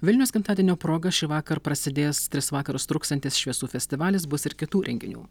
vilniaus gimtadienio proga šįvakar prasidės tris vakarus truksiantis šviesų festivalis bus ir kitų renginių